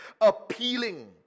appealing